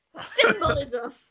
Symbolism